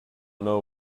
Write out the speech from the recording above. know